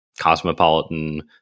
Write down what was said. cosmopolitan